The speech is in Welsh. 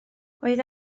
oedd